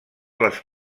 les